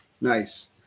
Nice